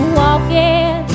walking